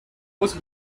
was